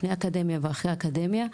לפני אקדמיה ואחרי אקדמיה.